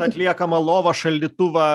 atliekamą lovą šaldytuvą